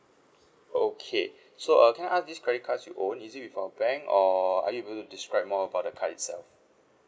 okay so uh can I ask this credit cards you own is it with our bank or are you able to describe more about the card itself